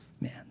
man